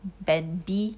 band b